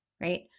right